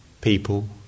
people